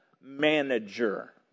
manager